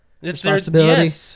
responsibility